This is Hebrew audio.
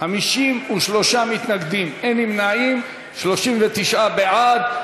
53 מתנגדים, אין נמנעים, 39 בעד.